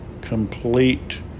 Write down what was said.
complete